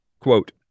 Quote